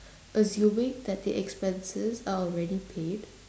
assuming that the expenses are already paid